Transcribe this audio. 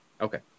Okay